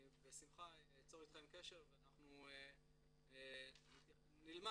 אני בשמחה אצור אתכם קשר ואנחנו נלמד